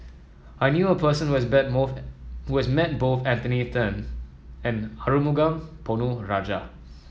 I knew a person who has who has met both Anthony Then and Arumugam Ponnu Rajah